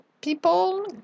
people